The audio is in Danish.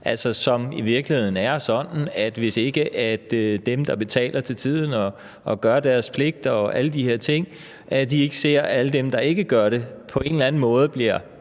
som i virkeligheden er sådan, at hvis ikke dem, der betaler til tiden og gør deres pligt og alle de her ting, ser, at alle dem, der ikke gør det, på en eller anden måde bliver